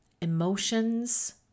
Emotions